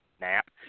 Nap